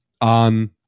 on